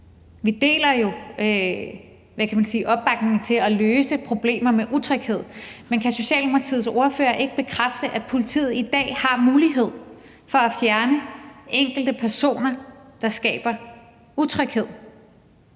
sige, opbakningen til at løse problemer med utryghed, men kan Socialdemokratiets ordfører ikke bekræfte, at politiet i dag har mulighed for at fjerne enkelte personer, der skaber utryghed?